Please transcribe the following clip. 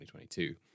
2022